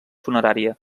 funerària